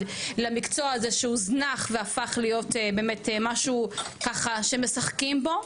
למקצוע הזה שהוזנח והפך להיות באמת משהו ככה שמשחקים בו.